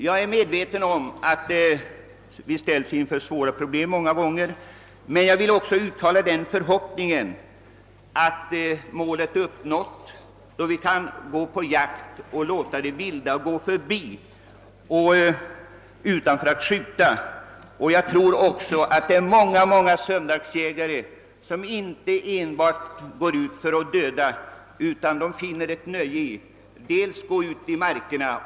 Jag är medveten om att vi många "gånger ställs inför svåra problem, men jag vill uttala den förhoppningen att vi så småningom skall komma så långt att vi kan gå ut på jakt och låta det vilda ströva förbi utan att omedelbart avlossa ett skott. Man måste vara säker på att träffa villebrådet. Jag tror också att det finns många söndagsjägare som inte ger sig ut enbart för att döda, utan finner nöje i att vandra ute i markerna.